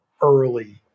early